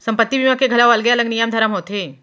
संपत्ति बीमा के घलौ अलगे अलग नियम धरम होथे